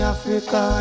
Africa